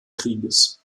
krieges